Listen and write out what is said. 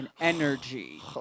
energy